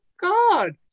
God